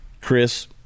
Chris